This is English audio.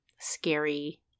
scary